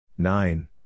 Nine